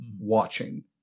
watching